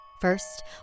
First